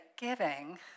giving